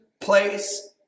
place